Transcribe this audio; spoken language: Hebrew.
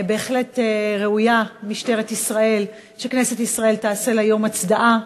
בהחלט ראויה משטרת ישראל שכנסת ישראל תעשה לה יום הצדעה.